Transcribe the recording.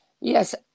Yes